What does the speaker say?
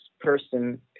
person